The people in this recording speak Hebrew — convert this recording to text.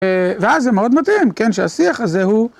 ואז זה מאוד מתאים, כן, שהשיח הזה הוא...